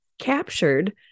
captured